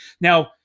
Now